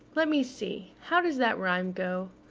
let me see how does that rhyme go?